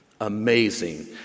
Amazing